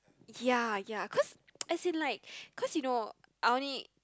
ya ya cause as in like cause you know I only